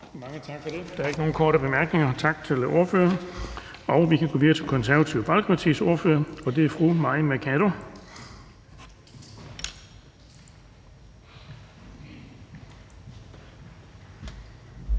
Mange tak for det. Der er ikke nogen korte bemærkninger. Tak til ordføreren. Vi kan gå videre til Radikale Venstres ordfører, og det er fru Zenia Stampe.